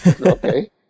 Okay